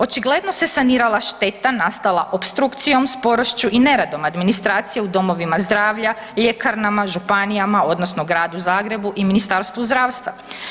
Očigledno se sanirala šteta nastala opstrukcijom, sporošću i neradom administracije u domovima zdravlja, ljekarnama, županijama, odnosno Gradu Zagrebu i Ministarstvu zdravstva.